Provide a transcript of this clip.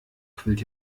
quillt